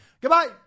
Goodbye